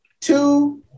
two